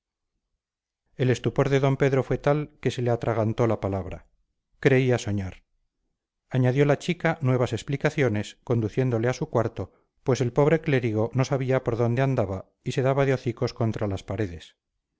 la tarde el estupor de d pedro fue tal que se le atragantó la palabra creía soñar añadió la chica nuevas explicaciones conduciéndole a su cuarto pues el pobre clérigo no sabía por dónde andaba y se daba de hocicos contra las paredes